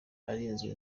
arinzwe